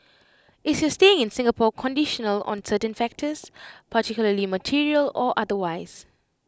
is your staying in Singapore conditional on certain factors particularly material or otherwise